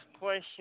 question